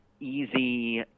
easy